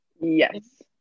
yes